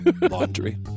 laundry